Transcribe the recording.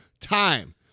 time